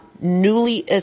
newly